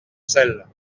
celles